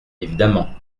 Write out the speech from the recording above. évidemment